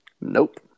Nope